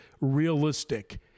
realistic